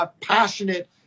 passionate